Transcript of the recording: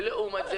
ולעומת זה,